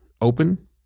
open